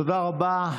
תודה רבה.